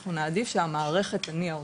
אנחנו נעדיף שהמערכת תניע אותו,